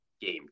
game